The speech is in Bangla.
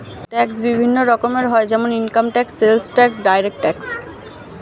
ট্যাক্স বিভিন্ন রকমের হয় যেমন income tax, sales tax, direct tax